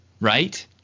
right